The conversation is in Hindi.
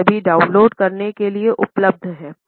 ये सभी डाउनलोड करने के लिए उपलब्ध हैं